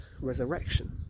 resurrection